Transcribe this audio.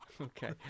Okay